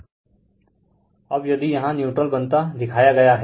Refer Slide Time 0636 अब यदि यहाँ न्यूट्रल बनता दिखाया गया हैं